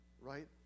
right